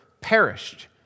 perished